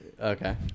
Okay